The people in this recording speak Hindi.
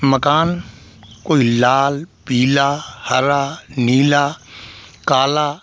मकान कोई लाल पीला हरा नीला काला